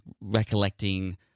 recollecting